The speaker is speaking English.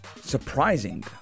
surprising